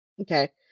Okay